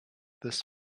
this